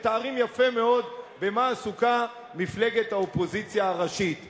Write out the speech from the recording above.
מתארים יפה מאוד במה מפלגת האופוזיציה הראשית עסוקה.